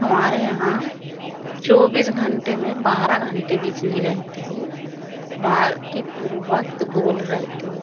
हमारे यहाँ चौबीस घंटे में बारह घंटे बिजली रहती है बाक़ी पूरे वक़्त गोल रहती है